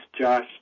Josh